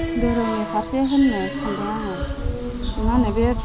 धोरोमनि फारसे होननो सानदों आङो मा होनो बे